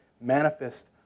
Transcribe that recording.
manifest